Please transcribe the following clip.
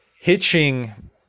hitching